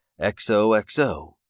XOXO